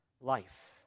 life